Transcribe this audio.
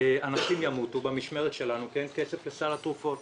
אנשים ימותו במשמרת שלנו כי אין כסף לסל התרופות.